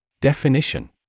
Definition